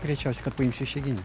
greičiausiai kad paimsiu išeiginę